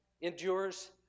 endures